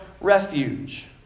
refuge